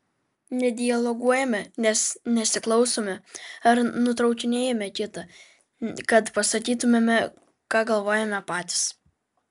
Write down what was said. nedialoguojame nes nesiklausome ar nutraukinėjame kitą kad pasakytumėme ką galvojame patys